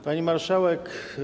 Pani Marszałek!